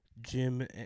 Jim